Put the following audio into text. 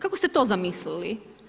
Kako ste to zamislili?